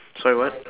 sorry what